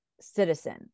citizen